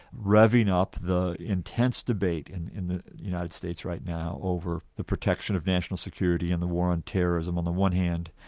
revving up the intense debate in in the united states right now over the protection of national security and the war on terrorism on the one hand,